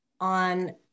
on